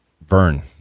Vern